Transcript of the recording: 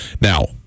Now